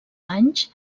anys